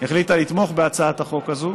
החליטה לתמוך בהצעת החוק הזאת